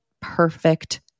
perfect